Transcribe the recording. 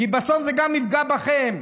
כי בסוף זה גם יפגע בכם.